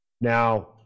Now